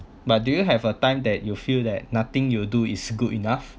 but do you have a time that you feel that nothing you do is good enough